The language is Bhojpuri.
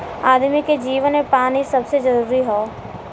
आदमी के जीवन मे पानी सबसे जरूरी हौ